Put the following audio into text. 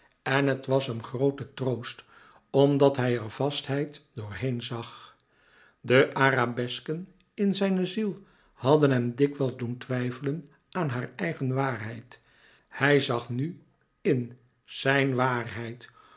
en het was hem groote troost omdat hij er vastheid doorheen zag de arabesken in zijne ziel hadden hem dikwijls doen twijfelen aan haar eigen waarheid hij zag nu n zijn waarheid